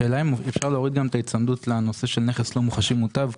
השאלה אם אפשר להוריד גם את ההיצמדות לנושא של נכס לא מוחשי מוטב?